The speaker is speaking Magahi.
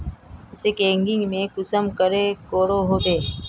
स्कैनिंग पे कुंसम करे करो होबे?